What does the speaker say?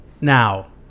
Now